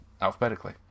alphabetically